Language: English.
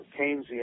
Keynesian